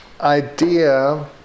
idea